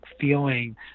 feeling